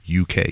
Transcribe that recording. UK